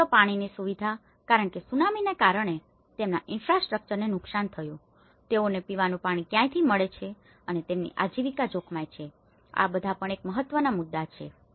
બીજો મુદ્દો પાણીની સુવિધા કારણ કે સુનામીને કારણે તેમના ઇન્ફ્રાસ્ટ્રક્ચરને નુકસાન થયું છે તેઓને પીવાનું પાણી ક્યાંથી મળે છે અને તેમની આજીવિકા જોખમમાં છે આ બધા મહત્વપૂર્ણ મુદ્દા છે